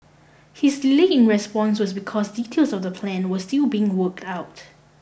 his delay in response was because details of the plan were still being worked out